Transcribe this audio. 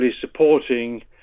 supporting